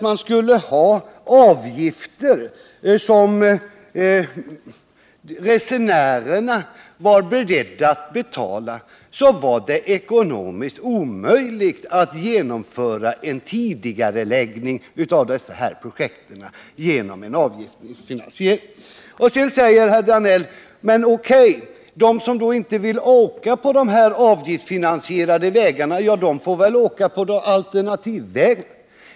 Man fann alltså att det, även därest resenärerna var beredda att betala avgifterna, var ekonomiskt omöjligt att genomföra en tidigareläggning av dessa projekt genom en avgiftsfinansiering. Sedan säger herr Danell: O.K., de som inte vill åka på de avgiftsfinansierade vägarna får väl ta en alternativväg.